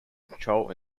control